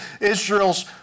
Israel's